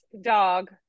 dog